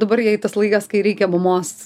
dabar jai tas laikas kai reikia mamos